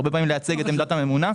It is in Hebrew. הרבה פעמים לייצג את עמדת הממונה.